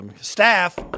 Staff